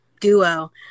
Duo